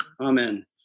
amen